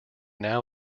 now